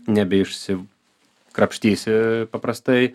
nebeišsikrapštysi paprastai